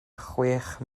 chwech